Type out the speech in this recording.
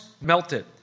melted